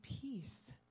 peace